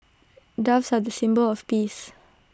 doves are the symbol of peace